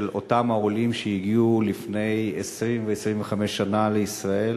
אותם עולים שהגיעו לפני 20 ו-25 שנה לישראל